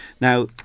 Now